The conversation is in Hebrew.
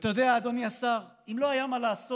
ואתה יודע, אדוני השר, אם לא היה מה לעשות,